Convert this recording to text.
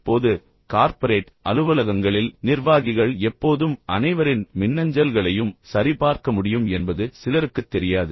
இப்போது கார்ப்பரேட் அலுவலகங்களில் நிர்வாகிகள் எப்போதும் அனைவரின் மின்னஞ்சல்களையும் சரிபார்க்க முடியும் என்பது சிலருக்குத் தெரியாது